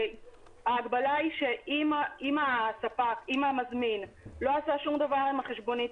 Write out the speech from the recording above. ההגבלה היא שאם המזמין לא עשה שום דבר עם החשבונית